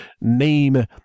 name